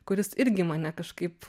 kuris irgi mane kažkaip